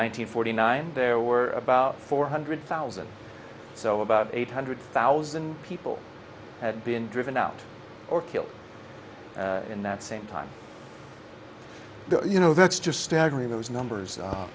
hundred forty nine there were about four hundred thousand so about eight hundred thousand people had been driven out or killed in that same time you know that's just staggering those numbers u